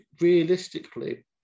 realistically